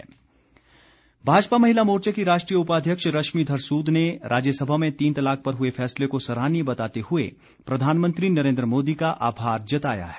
महिला मोर्चा भाजपा महिला मोर्चा की राष्ट्रीय उपाध्यक्ष रश्मि धर सूद ने राज्यसभा में तीन तलाक पर हुए फैसले को सराहनीय बताते हुए प्रधानमंत्री नरेन्द्र मोदी का आभार जताया है